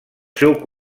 seu